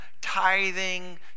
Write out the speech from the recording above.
tithing